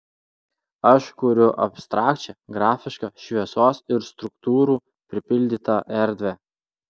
aš kuriu abstrakčią grafišką šviesos ir struktūrų pripildytą erdvę